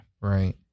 Right